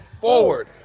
Forward